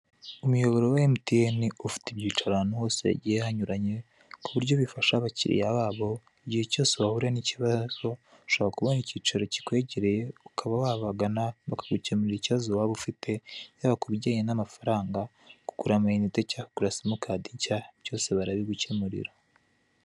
Umuyoboro wa emutiyeni ufite ibyicaro ahantu hose hagiye hanyuranye, ku buryo bifasha abakiriya babo. Igihe cyose wahura n'ikibazo ushobora kubona icyicaro kikwegereye, ukaba wabagana bakagukemurira ikibazo waba ufite, yaba ku bijyanye n'amafaranga, kugura amayinite cyangwa kugura simu kadi nshya, byose barabigukemurira.